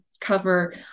cover